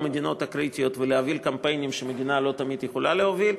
במדינות הקריטיות ולהוביל קמפיינים שמדינה לא תמיד יכולה להוביל,